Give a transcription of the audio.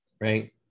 right